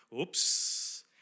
oops